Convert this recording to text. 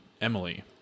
Emily